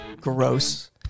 Gross